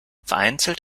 vereinzelt